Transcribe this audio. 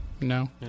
No